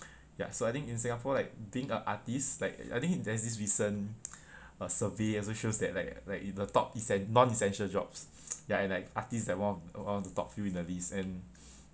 ya so I think in singapore like being an artist like I think there's this recent uh survey also shows that like like in the top essen~ non essential jobs ya and like artists are one of one of the top few in the list and